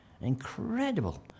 Incredible